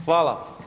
Hvala.